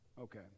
Okay